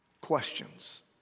questions